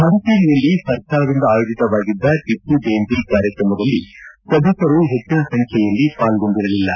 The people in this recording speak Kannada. ಮಡಿಕೇರಿಯಲ್ಲಿ ಸರ್ಕಾರದಿಂದ ಅಯೋಜಿತವಾಗಿದ್ದ ಟಿಪ್ಪುಜಯಂತಿ ಕಾರ್ಯಕ್ರಮದಲ್ಲಿ ಸಭಿಕರು ಪೆಜ್ಜಿನ ಸಂಖ್ಯೆಯಲ್ಲಿ ಪಾಲ್ಗೊಂಡಿರಲಿಲ್ಲ